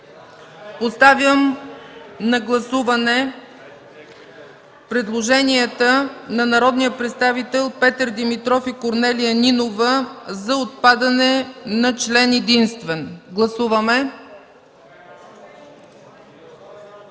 Поставям на гласуване предложенията на народните представители Петър Димитров и Корнелия Нинова за отпадане на член единствен. Гласували